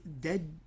dead